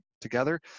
together